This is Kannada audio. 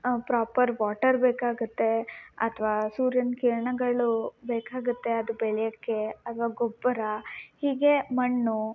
ಆ ಪ್ರೋಪರ್ ವಾಟರ್ ಬೇಕಾಗತ್ತೆ ಅಥ್ವಾ ಸೂರ್ಯನ ಕಿರಣಗಳು ಬೇಕಾಗತ್ತೆ ಅದು ಬೆಳೆಯಕ್ಕೆ ಅಥ್ವಾ ಗೊಬ್ಬರ ಹೀಗೆ ಮಣ್ಣು